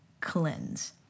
cleanse